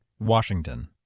Washington